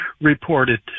reported